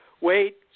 Wait